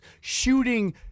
shooting